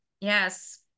yes